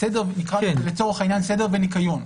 נקרא לזה לצורך העניין סדר וניקיון.